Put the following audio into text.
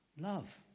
love